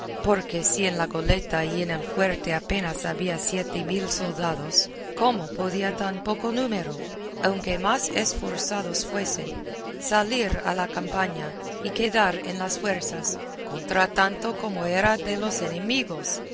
porque si en la goleta y en el fuerte apenas había siete mil soldados cómo podía tan poco número aunque más esforzados fuesen salir a la campaña y quedar en las fuerzas contra tanto como era el de los enemigos